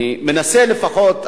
אני מנסה לפחות,